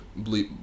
bleep